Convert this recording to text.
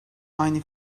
aynı